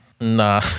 Nah